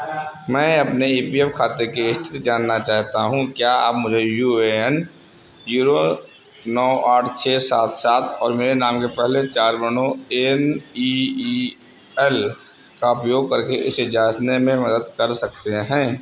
मैं अपने E P F खाते की स्थिति जानना चाहता हूँ क्या आप मुझे यू ए एन जीरो नौ आठ छः सात सात और मेरे नाम के पहले चार वर्णों एन ई ई एल का उपयोग करके इसे जाँचने में मदद कर सकते हैं